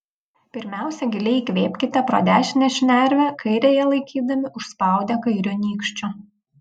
pirmiausia giliai įkvėpkite pro dešinę šnervę kairiąją laikydami užspaudę kairiu nykščiu